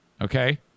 okay